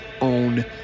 own